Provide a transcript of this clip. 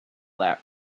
that